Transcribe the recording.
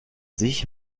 sich